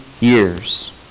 years